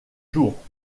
jours